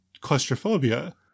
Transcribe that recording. claustrophobia